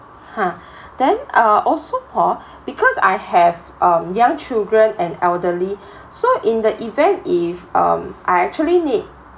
ha then uh also hor because I have um young children and elderly so in the event if um I actually need